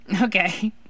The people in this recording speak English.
Okay